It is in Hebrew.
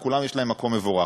וכולם יש להם מקום מבורך.